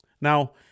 Now